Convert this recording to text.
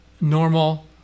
normal